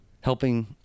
helping